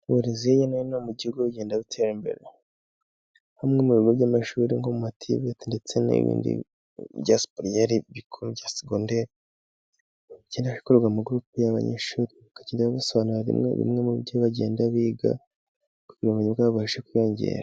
Uburezi hirya no hino mu gihugu bugenda butera imbere. Hamwe mu bigo by'amashuri nko mu ma tiveti ndetse n'ibindi bigo bya segonderi, bigenda bikora amagurupe y'abanyeshuri bakagenda babasobanurira bimwe mu byo bagenda biga, kugira ngo ubumenyi bwabo bubashe kwiyongera.